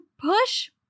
push